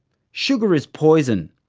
sugar is poison!